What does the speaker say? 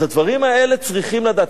אז את הדברים האלה צריכים לדעת.